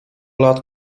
lat